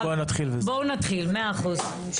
בואו נתחיל, מאה אחוז.